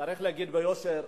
שצריך להגיד ביושר,